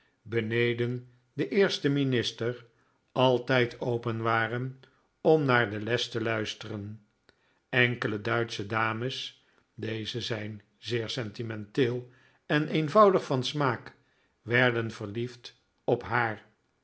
beneden den eersten minister altijd open waren om naar de les te luisteren enkele duitsche dames deze zijn zeersentimenteel en eenvoudig van smaak werden verliefd op haar